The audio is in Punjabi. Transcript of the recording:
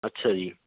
ਅੱਛਾ ਜੀ